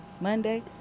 Monday